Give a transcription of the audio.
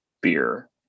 beer